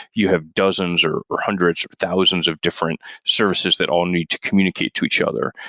you have dozens or or hundreds or thousands of different services that all need to communicate to each other.